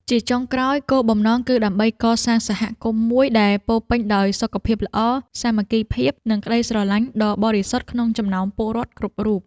ជាចុងក្រោយ គោលបំណងគឺដើម្បីកសាងសហគមន៍មួយដែលពោរពេញដោយសុខភាពល្អ សាមគ្គីភាព និងក្ដីស្រឡាញ់ដ៏បរិសុទ្ធក្នុងចំណោមពលរដ្ឋគ្រប់រូប។